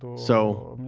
so.